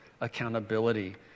accountability